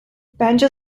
bence